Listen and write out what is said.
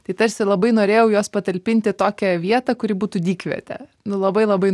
tai tarsi labai norėjau juos patalpinti į tokią vietą kuri būtų dykvietė nu labai labai